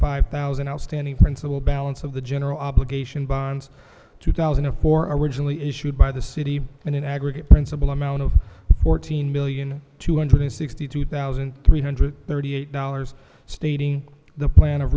five thousand outstanding principal balance of the general obligation bonds two thousand and four a originally issued by the city and an aggregate principal amount fourteen million two hundred sixty two thousand three hundred thirty eight dollars stating the plan of